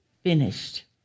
finished